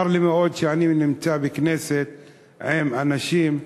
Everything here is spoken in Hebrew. צר לי מאוד שאני נמצא בכנסת עם אנשים,